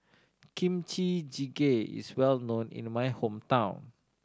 Kimchi Jjigae is well known in my hometown